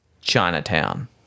Chinatown